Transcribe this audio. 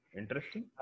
interesting